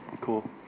Cool